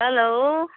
hello